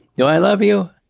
you know i love you?